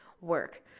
work